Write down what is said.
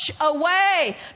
away